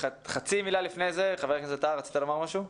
חבר הכנסת טאהא, רצית לומר משהו?